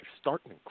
starting